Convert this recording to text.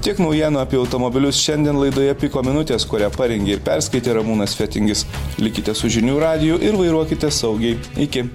tiek naujienų apie automobilius šiandien laidoje piko minutės kurią parengė ir perskaitė ramūnas fetingis likite su žinių radiju ir vairuokite saugiai iki